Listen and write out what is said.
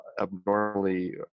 abnormally